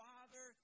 Father